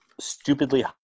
stupidly